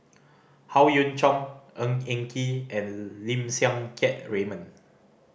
Howe Yoon Chong Ng Eng Kee and Lim Siang Keat Raymond